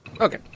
Okay